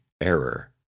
error